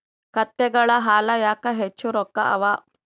ಕತ್ತೆಗಳ ಹಾಲ ಯಾಕ ಹೆಚ್ಚ ರೊಕ್ಕ ಅವಾ?